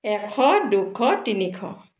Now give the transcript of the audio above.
এশ দুশ তিনিশ